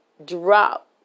Drop